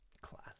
class